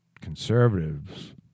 conservatives